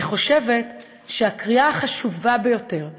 אני חושבת שהקריאה החשובה ביותר,